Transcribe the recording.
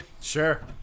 Sure